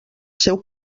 seu